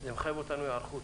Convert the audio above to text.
שזה מחייב היערכות.